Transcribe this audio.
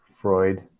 Freud